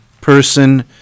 person